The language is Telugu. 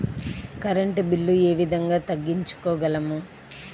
కరెంట్ బిల్లు ఏ విధంగా తగ్గించుకోగలము?